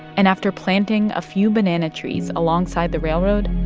and after planting a few banana trees alongside the railroad,